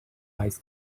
ice